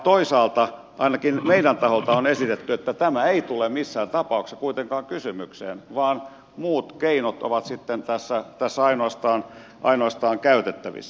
toisaalta ainakin meidän taholtamme on esitetty että tämä ei tule missään tapauksessa kuitenkaan kysymykseen vaan muut keinot ovat tässä sitten ainoastaan käytettävissä